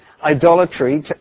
idolatry